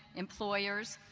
employers,